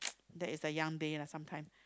that is the young day lah sometime